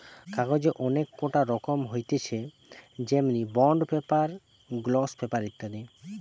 কাগজের অনেক কটা রকম হতিছে যেমনি বন্ড পেপার, গ্লস পেপার ইত্যাদি